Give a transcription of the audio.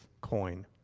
coin